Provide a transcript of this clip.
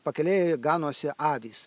pakelėj ganosi avys